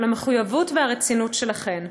על המחויבות והרצינות שלכן,